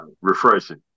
refreshing